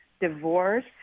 divorce